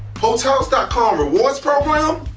hotels dot com rewards program,